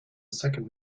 second